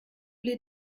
les